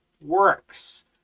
works